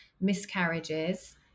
miscarriages